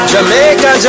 Jamaica